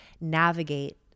navigate